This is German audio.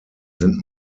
sind